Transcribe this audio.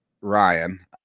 Ryan